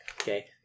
Okay